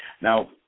Now